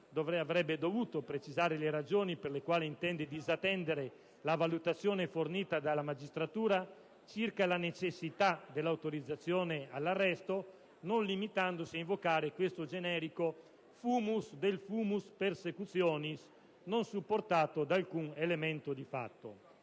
avrebbe dovuto precisare le ragioni per le quali intende disattendere la valutazione fornita dalla magistratura circa la necessità dell'autorizzazione all'arresto, non limitandosi ad invocare questo generico *fumus* del *fumus persecutionis*, non supportato da alcun elemento di fatto.